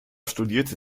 studierte